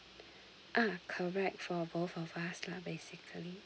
ah correct for both of us lah basically